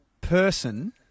person